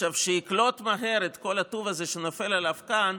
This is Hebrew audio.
שיקלוט מהר את כל הטוב הזה שנופל עליו כאן,